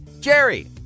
Jerry